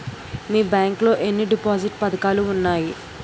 మీ bank లో ఎన్ని deposit పథకాలు ఉన్నాయి?